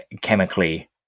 chemically